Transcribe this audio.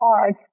art